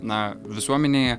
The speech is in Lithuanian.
na visuomenėje